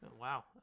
Wow